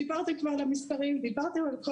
דיברתם כבר על המספרים ודיברתם על כל